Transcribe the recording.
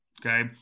Okay